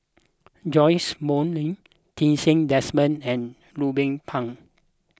Joash Moo Lee Ti Seng Desmond and Ruben Pang